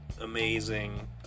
amazing